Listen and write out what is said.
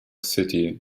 city